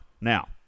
Now